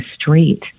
street